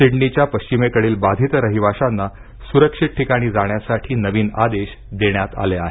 सिडनीच्या पश्चिमेकडील बाधित रहिवाशांना सुरक्षित ठिकाणी जाण्यासाठी नवीन आदेश देण्यात आले आहेत